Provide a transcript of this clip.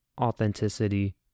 authenticity